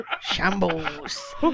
Shambles